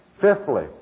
Fifthly